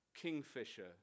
kingfisher